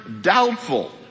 doubtful